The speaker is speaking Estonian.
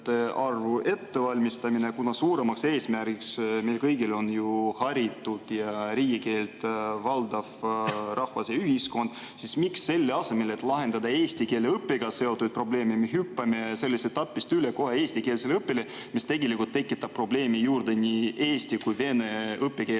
ettevalmistamine, kuna suuremaks eesmärgiks meil kõigil on ju haritud ja riigikeelt valdav rahvas ja ühiskond. Miks selle asemel, et lahendada eesti keele õppega seotud probleeme, me hüppame sellest etapist üle kohe eestikeelsele õppele, mis tegelikult tekitab probleeme juurde nii eesti kui ka vene õppekeelega